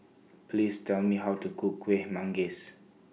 Please Tell Me How to Cook Kuih Manggis